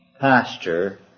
pasture